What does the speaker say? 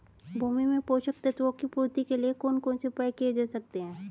भूमि में पोषक तत्वों की पूर्ति के लिए कौन कौन से उपाय किए जा सकते हैं?